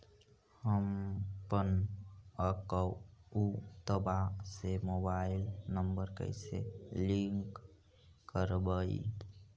हमपन अकौउतवा से मोबाईल नंबर कैसे लिंक करैइय?